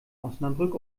osnabrück